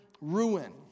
ruin